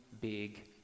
big